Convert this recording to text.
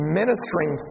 ministering